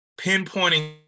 pinpointing